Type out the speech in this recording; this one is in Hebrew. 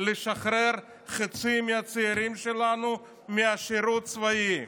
לשחרר חצי מהצעירים שלנו מהשירות הצבאי.